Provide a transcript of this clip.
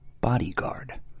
Bodyguard